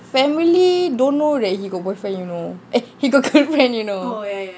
family don't know that he got boyfriend you know eh he got girl friend you know